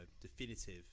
definitive